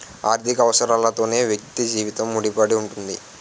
ఆర్థిక అవసరాలతోనే వ్యక్తి జీవితం ముడిపడి ఉంటుంది